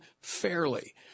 fairly